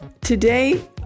Today